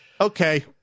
okay